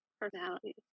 personality